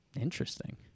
Interesting